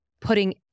putting